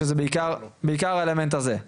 שזה בעיקר האלמנט הזה,